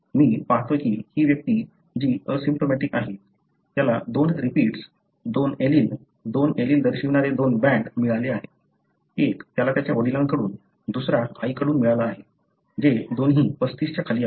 मी पाहतो की ही व्यक्ती जी असिम्प्टोमॅटिक आहे त्याला दोन रिपीट्स दोन एलील दोन एलील दर्शविणारे दोन बँड मिळाले आहेत एक त्याला त्याच्या वडिलांकडून दुसरा आईकडून मिळाला आहे जे दोन्ही 35 च्या खाली आहेत